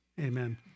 Amen